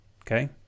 okay